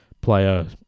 player